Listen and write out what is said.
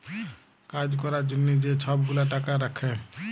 কাজ ক্যরার জ্যনহে যে ছব গুলা টাকা রাখ্যে